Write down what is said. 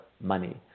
money